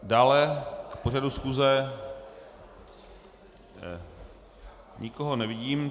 Dále k pořadu schůze nikoho nevidím.